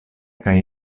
kaj